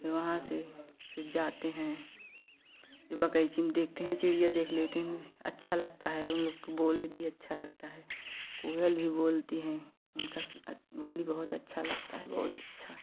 वहाँ से फिर जाते हैं फिर बगीची में देखते हैं चिड़िया देख लेते हैं अच्छा लगता है उन लोग का बोल भी अच्छा लगता है कोयल भी बोलती है उनका सबका बोली भी बहुत अच्छा